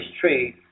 trade